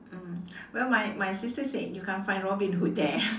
mm well my my sister said you can't find Robin Hood there